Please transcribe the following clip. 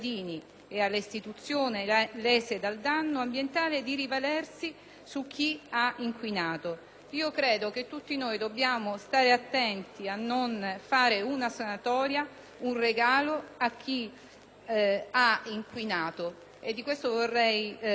su chi ha inquinato. Credo che tutti noi dobbiamo stare attenti a non fare una sanatoria e un regalo a chi ha inquinato. Vorrei che il Governo dedicasse una particolare attenzione